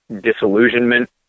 disillusionment